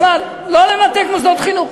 בכלל, לא לנתק מוסדות חינוך.